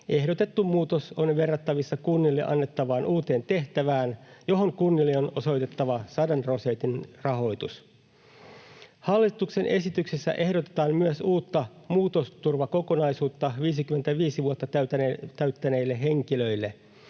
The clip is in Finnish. ehdotettu muutos on verrattavissa kunnille annettavaan uuteen tehtävään, johon kunnille on osoitettava 100 prosentin rahoitus. Hallituksen esityksessä ehdotetaan myös uutta muutosturvakokonaisuutta 55 vuotta täyttäneelle henkilölle,